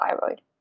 thyroid